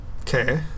Okay